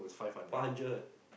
five hundred